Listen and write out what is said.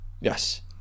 Yes